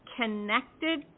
connected